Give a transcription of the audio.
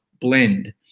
blend